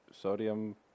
sodium